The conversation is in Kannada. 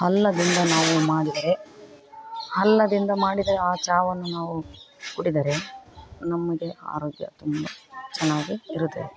ಹಲ್ಲದಿಂದ ನಾವು ಮಾಡಿದರೆ ಹಲ್ಲದಿಂದ ಮಾಡಿದ ಆ ಚಹಾವನ್ನು ನಾವು ಕುಡಿದರೆ ನಮಗೆ ಆರೋಗ್ಯ ತುಂಬ ಚೆನ್ನಾಗಿ ಇರುತ್ತೆ